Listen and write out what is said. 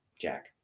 Jack